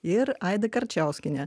ir aida karčiauskienė